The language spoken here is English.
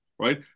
Right